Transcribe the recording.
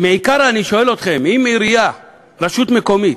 בעיקר אני שואל אתכם, אם עירייה, אם רשות מקומית,